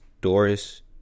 Doris